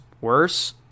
worse